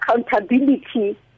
accountability